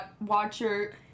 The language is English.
Watcher